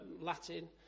Latin